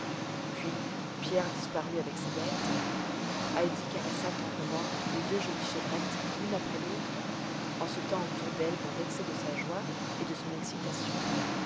puis pierre disparut avec ses bêtes heidi caressa tendrement les deux jolies chevrettes l'une après l'autre en sautant autour d'elles dans l'excès de sa joie et de son excitation